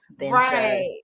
Right